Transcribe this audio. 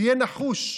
תהיה נחוש,